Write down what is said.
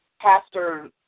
pastor